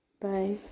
Bye